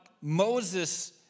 Moses